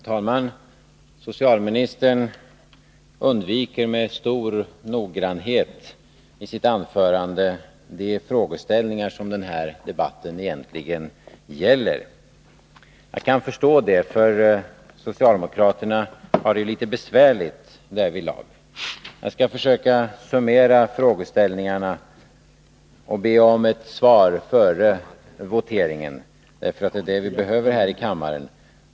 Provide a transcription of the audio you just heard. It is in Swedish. Herr talman! Socialministern undvek i sitt anförande med stor noggrannhet de frågeställningar som den här debatten egentligen gäller. Jag kan förstå det — socialdemokraterna har det ju litet besvärligt därvidlag. Jag skall försöka summera frågeställningarna och ber om ett svar före voteringen — det är det vi behöver här i kammaren.